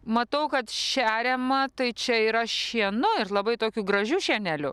matau kad šeriama tai čia yra šienu ir labai tokiu gražiu šieneliu